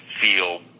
feel